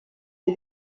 die